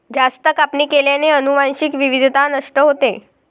जास्त कापणी केल्याने अनुवांशिक विविधता नष्ट होते